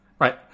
Right